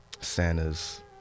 Santa's